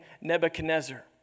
Nebuchadnezzar